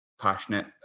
passionate